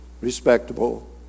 respectable